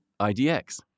IDX